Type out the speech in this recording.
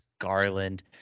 Garland